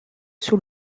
sous